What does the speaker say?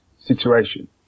situation